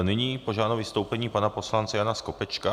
Nyní požádám o vystoupení pana poslance Jana Skopečka.